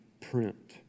print